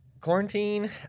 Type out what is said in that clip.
Quarantine